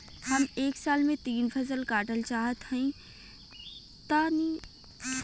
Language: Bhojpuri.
हम एक साल में तीन फसल काटल चाहत हइं तनि सही तरीका बतावा?